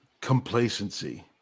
complacency